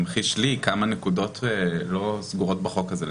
המחיש לי כמה נקודות לא סגורות בחוק הזה.